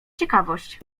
ciekawość